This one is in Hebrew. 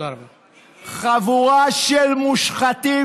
חבורה של מושחתים.